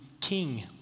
king